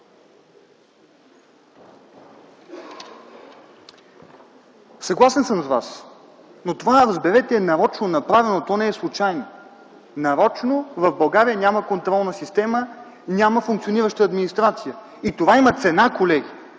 Съгласен съм с Вас. Разберете, това е направено нарочно – то не е случайно. Нарочно в България няма контролна система, няма функционираща администрация. Това има цена, колеги.